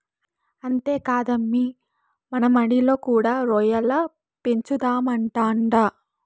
అంతేకాదమ్మీ మన మడిలో కూడా రొయ్యల పెంచుదామంటాండా